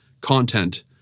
content